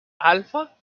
alfa